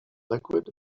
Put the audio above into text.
liquid